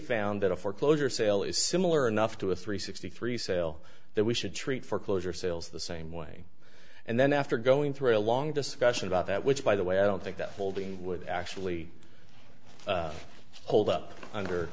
found that a foreclosure sale is similar enough to a three sixty three sale that we should treat foreclosure sales the same way and then after going through a long discussion about that which by the way i don't think that holding would actually hold up under